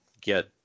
get